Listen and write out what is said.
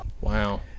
Wow